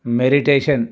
meditation